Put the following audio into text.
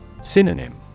Synonym